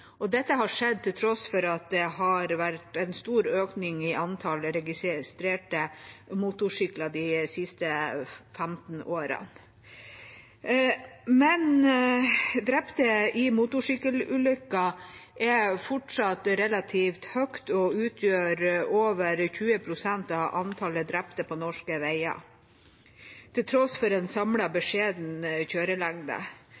og dette har skjedd til tross for at det har vært en stor økning i antall registrerte motorsykler de siste 15 årene. Antall drepte i motorsykkelulykker er fortsatt relativt høyt og utgjør over 20 pst. av antall drepte på norske veier, til tross for en